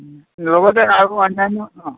লগতে আৰু অন্যান্য অঁ